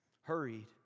Hurried